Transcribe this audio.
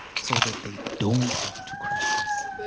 so that the don't have two questions